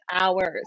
hours